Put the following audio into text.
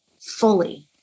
fully